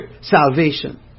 salvation